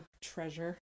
treasure